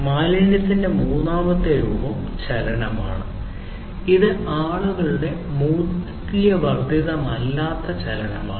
മാലിന്യത്തിന്റെ മൂന്നാമത്തെ രൂപം ചലനമാണ് ഇത് ആളുകളുടെ മൂല്യവർദ്ധിതമല്ലാത്ത ചലനമാണ്